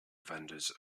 vendors